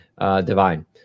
Divine